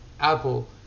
Apple